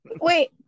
Wait